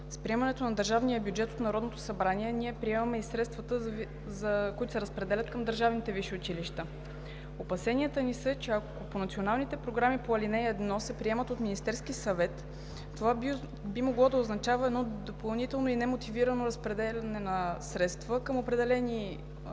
С приемането на държавния бюджет от Народното събрание ние приемаме и средствата, които се разпределят към държавните висши училища. Опасенията ни са, че ако националните програми по ал. 1 се приемат от Министерския съвет, това би могло да означава едно допълнително и немотивирано разпределяне на средства към определени университети